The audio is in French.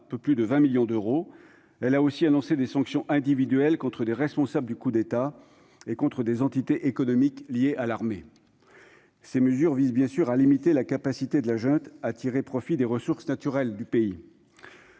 peu plus de 20 millions d'euros, et a aussi annoncé des sanctions individuelles contre des responsables du coup d'État ainsi que contre des entités économiques liées à l'armée. Ces mesures visent bien sûr à limiter la capacité de la junte à tirer profit des ressources naturelles du pays.